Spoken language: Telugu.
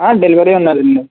డెలివరీ అన్నారండి